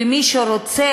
ומי שרוצה,